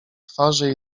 twarzy